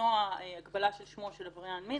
למנוע הגבלה של שמו של עבריין מין